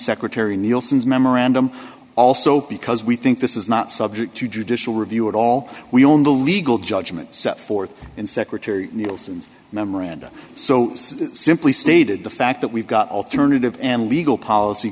secretary nielsen's memorandum also because we think this is not subject to judicial review at all we own the legal judgment set forth in secretary nielsen's memoranda so simply stated the fact that we've got alternative and legal policy